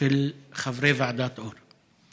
של חברי ועדת אור.